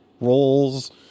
roles